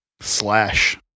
Slash